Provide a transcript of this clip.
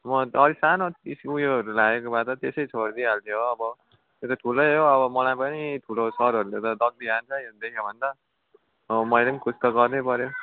म अन्त अलिक सानो त्यस उयोहरू लागेको भए त त्यसै छोडिदिहाल्थे हो अब त्यो त ठुलै हो अब मलाई पनि ठुलो सरहरूले त दग्दी हान्छ यो देख्यो भने त हो मैले कुछ त गर्नु पऱ्यो